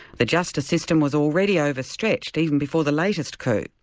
the justice system was already over-stretched, even before the latest coup,